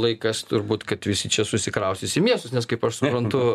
laikas turbūt kad visi čia susikraustys į miestus nes kaip aš suprantu